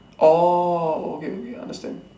orh okay okay I understand